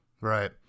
Right